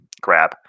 grab